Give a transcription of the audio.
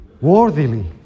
worthily